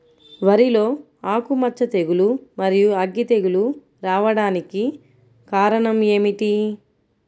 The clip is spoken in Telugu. వరిలో ఆకుమచ్చ తెగులు, మరియు అగ్గి తెగులు రావడానికి కారణం ఏమిటి?